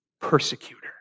Persecutor